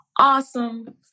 awesome